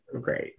great